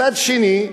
מצד שני,